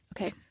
Okay